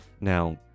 Now